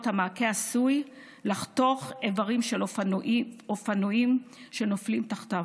המעקה עשוי לחתוך איברים של אופנוענים שנופלים תחתיו.